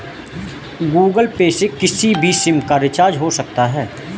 Google Pay से किसी भी सिम का रिचार्ज हो सकता है